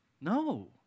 No